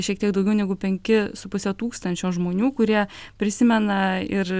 šiek tiek daugiau negu penki su puse tūkstančio žmonių kurie prisimena ir